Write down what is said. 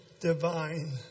divine